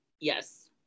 Yes